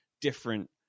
different